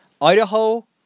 Idaho